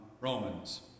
Romans